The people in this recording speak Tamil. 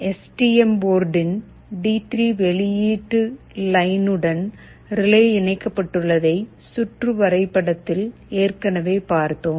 எஸ் டி எம் போர்டின் டி3 வெளியீட்டு லைன் உடன் ரிலே இணைக்கப்பட்டுள்ளதை சுற்று வரைபடத்தில் ஏற்கனவே பார்த்தோம்